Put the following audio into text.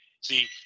See